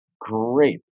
great